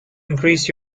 increase